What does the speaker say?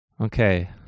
Okay